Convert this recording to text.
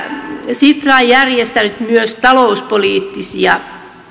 sitra on järjestänyt myös talouspoliittisia